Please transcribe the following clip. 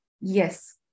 Yes